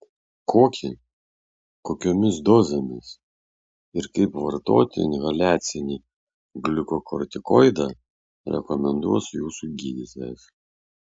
kokį kokiomis dozėmis ir kaip vartoti inhaliacinį gliukokortikoidą rekomenduos jūsų gydytojas